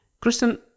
Kristen